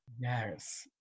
yes